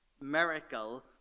miracle